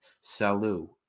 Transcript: salut